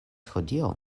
hodiaŭ